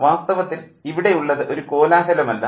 വാസ്തവത്തിൽ ഇവിടെ ഉള്ളത് ഒരു കോലാഹലം അല്ല